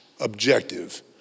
objective